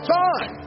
time